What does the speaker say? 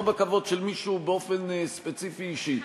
לא בכבוד של מישהו באופן ספציפי אישי.